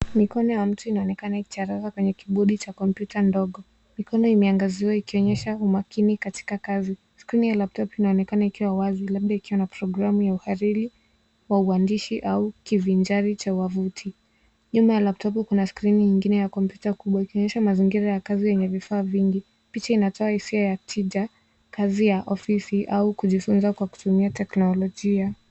Mikono ya mtu inaonekana ikicharaza kwenye kibodi cha kompyuta ndogo. Mikono imeangaziwa ikionyesha umakini katika kazi. Skrini ya laptop inaonekana ikiwa wazi labda ikiwa na programu ya urahili wa uhandishi au kivinjari cha wavuti. Nyuma ya laptop kuna skrini nyingine ya kompyuta kubwa ikionyesha mazingira ya kazi yenye vifaa vingi. Picha inatoa hisia ya tija, kazi ya ofisi au kujifunza kwa kutumia teknolojia.